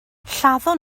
lladdon